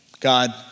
God